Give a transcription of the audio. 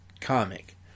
comic